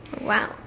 Wow